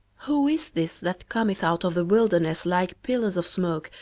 who is this that cometh out of the wilderness like pillars of smoke,